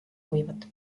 soovivad